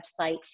website